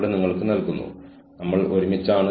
കൂടാതെ എംബ്രോയിഡറി ഒരു പ്രത്യേക തരത്തിലുള്ളതാണ്